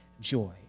joy